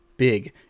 Big